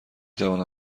توانم